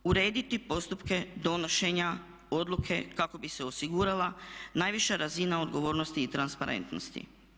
Urediti postupke donošenja odluke kako bi se osigurala najviša razina odgovornosti i transparentnosti.